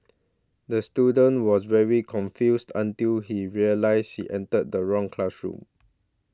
the student was very confused until he realise he entered the wrong classroom